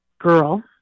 girl